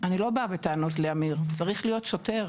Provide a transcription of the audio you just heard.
אני לא באה בטענות לאמיר, צריך להיות שוטר